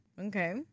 Okay